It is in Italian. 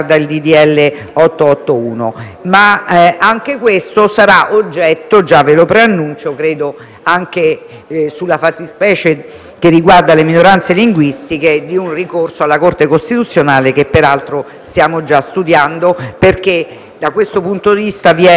che riguarda le minoranze linguistiche - di un ricorso alla Corte costituzionale che stiamo già studiando, perché da questo punto di vista vi è una palese incostituzionalità. *(Applausi dai